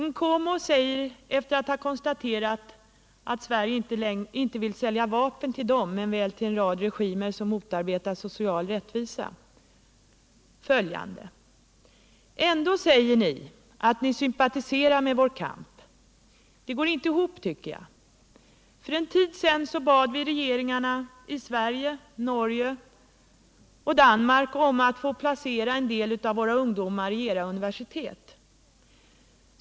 Nkomo säger, efter att ha konstaterat att Sverige inte vill sälja vapen till Zapu men väl till en rad regimer som motarbetar social rättvisa, följande: ”Ändå säger ni att ni sympatiserar med vår kamp. Det går inte ihop, tycker jag. För en tid sedan bad vi regeringarna i Sverige, Norge och Danmark om att få placera en del av våra ungdomar i era universitet.